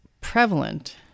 prevalent